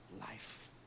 life